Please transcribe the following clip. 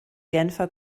genfer